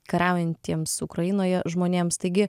kariaujantiems ukrainoje žmonėms taigi